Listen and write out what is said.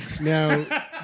Now